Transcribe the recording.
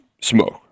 smoke